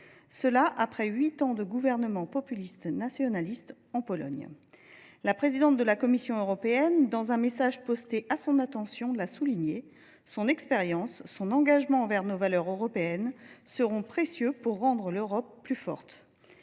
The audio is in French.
après huit ans de gouvernement populiste nationaliste en Pologne. La présidente de la Commission européenne, dans un message posté à son attention, l’a souligné : son expérience, son engagement à l’égard de nos valeurs européennes seront précieux pour rendre l’Europe plus forte.